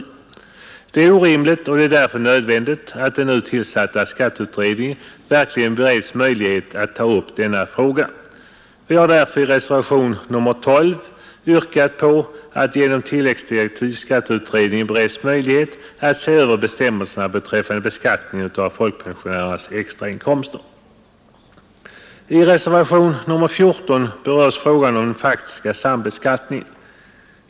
Detta är orimligt, och det är absolut nödvändigt att den nu tillsatta skatteutredningen verkligen bereds möjlighet att ta upp denna fråga. Vi har därför i reservationen 12 yrkat på att skatteutredningen genom tilläggsdirektiv bereds möjlighet att se över bestämmelserna beträffande beskattningen av folkpensionärernas extrainkomster. Reservationen 14 berör frågan om faktisk sambeskattning.